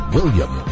William